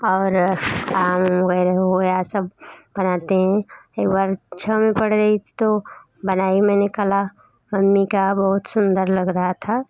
और आम वगैरह हो गया सब बनाते हैं एक बार छः में पढ़ रही थी तो बनाई मैंने कला मम्मी का बहुत सुंदर लग रहा था